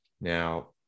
Now